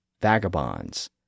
vagabonds